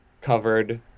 covered